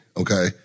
okay